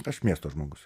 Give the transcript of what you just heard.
aš miesto žmogus